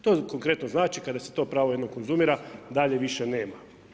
To konkretno znači, kada se to pravo jednom konzumira, dalje više nema.